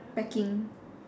packing